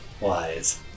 wise